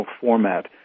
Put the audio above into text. format